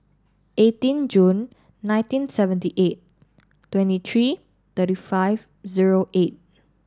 eighteen June nineteen seventy eight twenty three thirty five zero eight